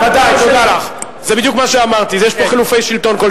אני גם אמרתי את זה אתמול בתקשורת.